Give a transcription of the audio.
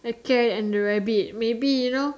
a cat and a rabbit maybe you know